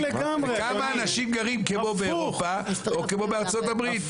כמה אנשים גרים כמו באירופה או כמו בארצות הברית,